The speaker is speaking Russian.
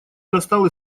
достал